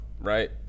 right